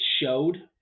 showed